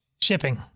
Shipping